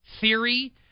theory